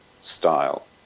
style